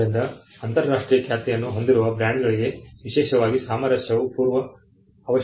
ಆದ್ದರಿಂದ ಅಂತರರಾಷ್ಟ್ರೀಯ ಖ್ಯಾತಿಯನ್ನು ಹೊಂದಿರುವ ಬ್ರಾಂಡ್ಗಳಿಗೆ ವಿಶೇಷವಾಗಿ ಸಾಮರಸ್ಯವು ಪೂರ್ವ ಅವಶ್ಯಕತೆಯಾಗಿತ್ತು